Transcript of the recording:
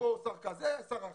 יבוא שר כזה, שר אחר,